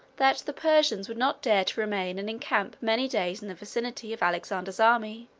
that the persians would not dare to remain and encamp many days in the vicinity of alexander's army,